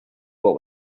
what